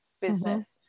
business